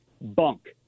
bunk